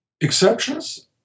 exceptions